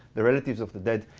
the relatives of the dead,